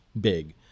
big